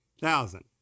thousand